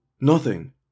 Nothing